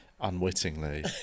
unwittingly